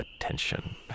attention